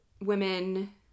women